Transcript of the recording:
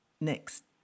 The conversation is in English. next